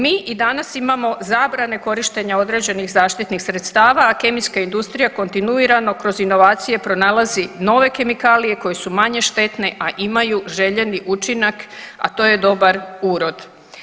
Mi i danas imamo zabrane korištenja određenih zaštitnih sredstava, a kemijska industrija kontinuirano kroz inovacije pronalazi nove kemikalije koje su manje štetne, a imaju željeni učinak, a to je dobar urod.